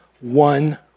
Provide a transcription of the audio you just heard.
one